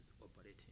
operating